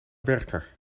werchter